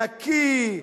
נקי,